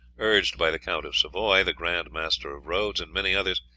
urged by the count of savoy, the grand master of rhodes, and many others,